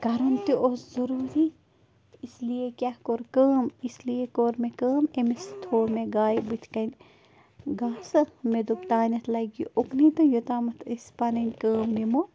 کَرُن تہِ اوس ضٔروٗری تہٕ اس لیے کیٛاہ کوٚر کٲم اس لیے کوٚر مےٚ کٲم أمِس تھوٚو مےٚ گایہِ بٕتھِ کَنۍ گاسہٕ مےٚ دوٚپ تانٮ۪تھ لَگہِ یہِ اُکنٕے تہِ یوتامَتھ أسۍ پنٕنۍ کٲم نِمَو